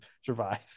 survive